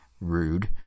rude